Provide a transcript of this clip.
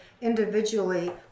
Individually